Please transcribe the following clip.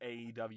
AEW